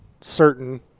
certain